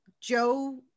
Joe